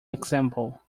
example